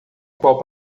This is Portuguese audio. qual